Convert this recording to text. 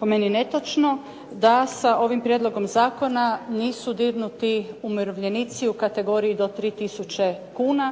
po meni netočno, da sa ovim prijedlogom zakona nisu dirnuti umirovljenici u kategoriji do 3000 kuna.